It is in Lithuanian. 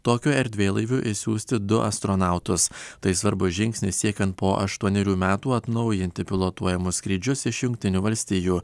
tokiu erdvėlaiviu išsiųsti du astronautus tai svarbus žingsnis siekiant po aštuonerių metų atnaujinti pilotuojamus skrydžius iš jungtinių valstijų